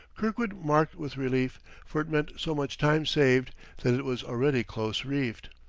kirkwood marked with relief for it meant so much time saved that it was already close reefed.